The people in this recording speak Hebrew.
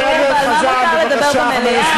חבר הכנסת חזן, בבקשה.